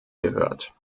gehört